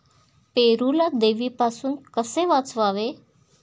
पेरूला देवीपासून कसे वाचवावे?